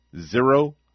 Zero